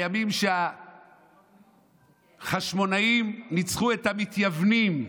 בימים שהחשמונאים ניצחו את המתייוונים,